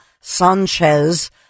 Sanchez